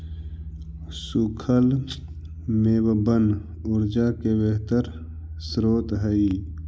सूखल मेवबन ऊर्जा के बेहतर स्रोत हई